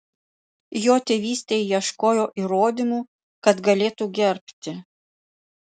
jo tėvystei ieškojo įrodymų kad galėtų gerbti